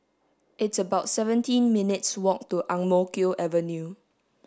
it's about seventeen minutes' walk to Ang Mo Kio Avenue